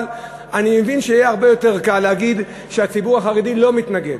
אבל אני מבין שיהיה הרבה יותר קל להגיד שהציבור החרדי לא מתנגד.